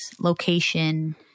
location